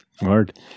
Hard